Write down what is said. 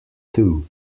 two